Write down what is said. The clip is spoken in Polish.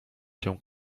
się